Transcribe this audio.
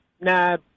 nah